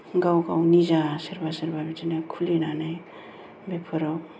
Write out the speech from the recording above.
गाव गाव निजा सोरबा सोरबा बिदिनो खुलिनानै बेफोराव